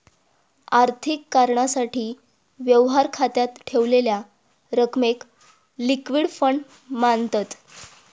आर्थिक कारणासाठी, व्यवहार खात्यात ठेवलेल्या रकमेक लिक्विड फंड मांनतत